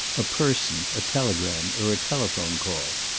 a person, a telegram, or a telephone call.